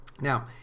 Now